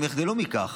הן יחדלו מכך,